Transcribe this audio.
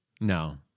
No